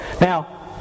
Now